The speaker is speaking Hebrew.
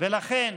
לכן,